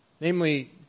namely